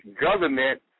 government